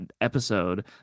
episode